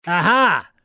Aha